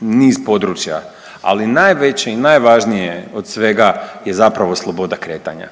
niz područja, ali najveće i najvažnije je od svega je zapravo sloboda kretanja.